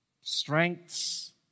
strengths